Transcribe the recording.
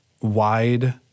wide